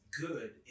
good